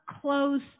close